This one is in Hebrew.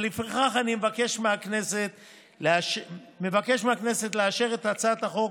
לפיכך, אני מבקש מהכנסת לאשר את הצעת החוק